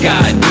God